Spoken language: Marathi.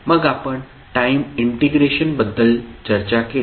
मग आपण टाइम इंटिग्रेशन बद्दल चर्चा केली